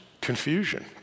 confusion